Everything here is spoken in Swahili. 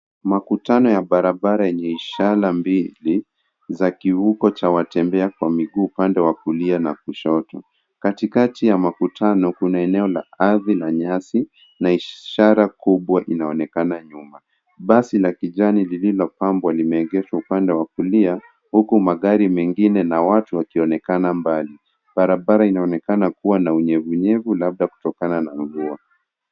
Makutano ya barabara yenye ishara mbili za kivuko cha watembea kwa miguu upande wa kulia na kushoto. Katikati ya makutano kuna eneo la ardhi na nyasi na ishara kubwa inaonekana nyuma. Basi la kijani lililopambwa limeegeshwa upande wa kulia huku magari mengine na watu wakionekana mbali. Barabara inaonekana kuwa na unyevunyevu labda kutokana na mvua.